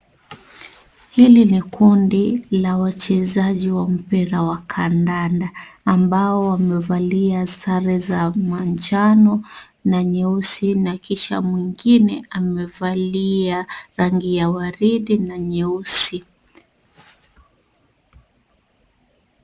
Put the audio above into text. Hili ni kundi la wachezaji wa mpira wa kandanda ambao wamevalia sare za manjano na nyeusi na kishanmwingine amevalia rangi ya waridi na nyeusi.